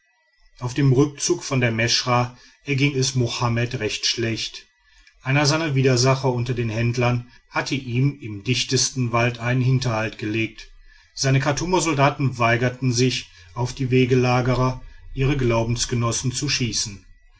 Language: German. auf dem rückzug von der meschra erging es mohammed recht schlecht einer seiner widersacher unter den händlern hatte ihm im dichtesten wald einen hinterhalt gelegt seine chartumer soldaten weigerten sich auf die wegelagerer ihre glaubensgenossen zu schießen